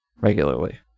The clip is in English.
regularly